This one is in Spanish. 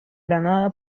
granada